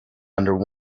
under